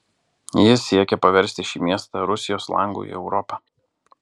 jis siekė paversti šį miestą rusijos langu į europą